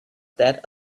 that